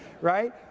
right